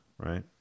right